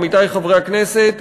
עמיתי חברי הכנסת,